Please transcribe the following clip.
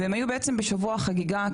והם היו בעצם בשבוע חגיגה,